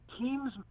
teams